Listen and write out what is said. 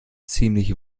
ziemlich